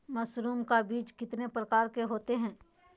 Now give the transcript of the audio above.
Mushroom का बीज कितने प्रकार के होते है?